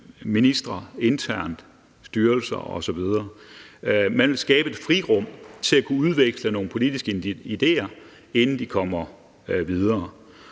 ministre internt og styrelser osv. Man ville skabe et frirum til at kunne udveksle nogle politiske ideer, inden de kommer videre.